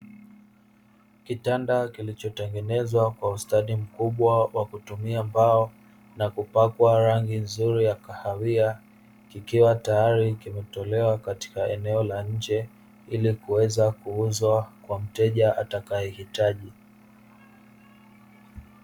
Kitanda kilichotengenezwa kwa ustadi mkubwa wa kutumia mbao na kupakwa rangi nzuri ya kahawia, kikiwa tayari kimetolewa katika eneo la nje ili kuweza kuuzwa kwa mteja atakayehitaji.